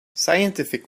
scientific